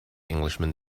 englishman